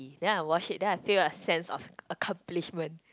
then I wash it then I feel a sense of accomplishment